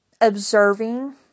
observing